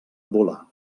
volar